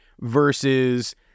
versus